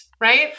right